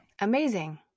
Amazing